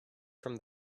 from